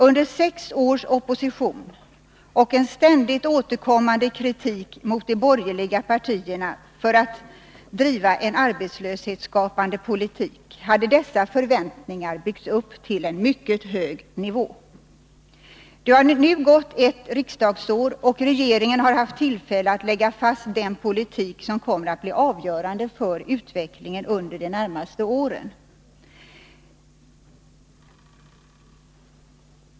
Under sex års opposition och en ständigt återkommande kritik mot de borgerliga partierna för att de skulle ha drivit en arbetslöshetsskapande politik hade dessa förväntningar byggts upp till en mycket hög nivå. Det har nu gått ett riksdagsår, och regeringen har haft tillfälle att lägga fast den politik som kommer att bli avgörande för utvecklingen under de närmaste åren.